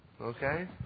Okay